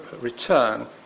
return